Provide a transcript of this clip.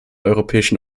europäischen